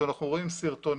כשאנחנו רואים סרטונים,